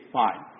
fine